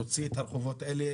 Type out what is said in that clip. תוציא את הרחובות האלה,